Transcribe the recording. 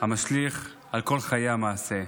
המשליך על כל חיי המעשה.